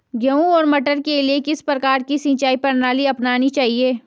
गेहूँ और मटर के लिए किस प्रकार की सिंचाई प्रणाली अपनानी चाहिये?